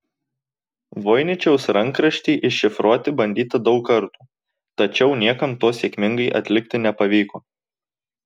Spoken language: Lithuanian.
voiničiaus rankraštį iššifruoti bandyta daug kartų tačiau niekam to sėkmingai atlikti nepavyko